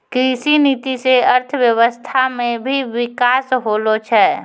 कृषि नीति से अर्थव्यबस्था मे भी बिकास होलो छै